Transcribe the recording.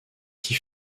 qui